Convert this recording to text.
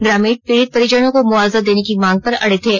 ग्रामीण पीड़ित परिजनों को मुआवजा देने की मांग पर अडे थे